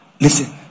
Listen